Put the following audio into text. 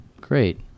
Great